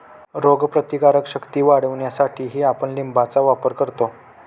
रोगप्रतिकारक शक्ती वाढवण्यासाठीही आपण लिंबाचा वापर करतो